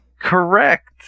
Correct